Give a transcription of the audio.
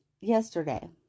yesterday